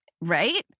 Right